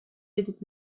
ведут